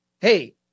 hey